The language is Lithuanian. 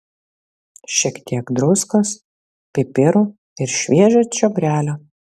šiek tiek druskos pipirų ir šviežio čiobrelio